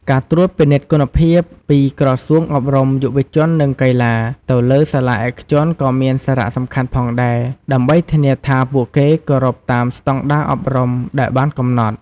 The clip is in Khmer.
ការត្រួតពិនិត្យគុណភាព ពីក្រសួងអប់រំ យុវជន និងកីឡា ទៅលើសាលាឯកជនក៏មានសារៈសំខាន់ផងដែរ ដើម្បីធានាថាពួកគេគោរពតាមស្តង់ដារអប់រំដែលបានកំណត់។